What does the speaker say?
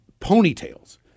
ponytails